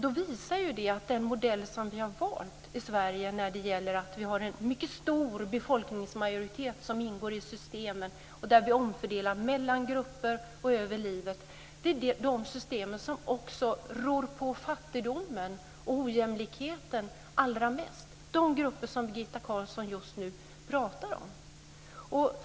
Det visar sig att den modell som vi har valt i Sverige, med en mycket stor befolkningsmajoritet som ingår i systemen och där vi omfördelar mellan grupper och över livet, är den med de system som också rår på fattigdomen och ojämlikheten allra mest. De gäller grupper som Birgitta Carlsson just nu talar om.